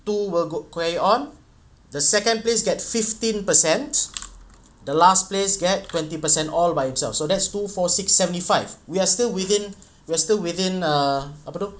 two were good carry on the second place get fifteen percent the last place get twenty percent all by itself so that two four six seventy five we are still within we are still within err apa tu